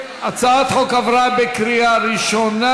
הצעת החוק עברה בקריאה ראשונה.